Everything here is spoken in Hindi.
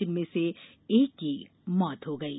जिनमें से एक की मौत हो गयी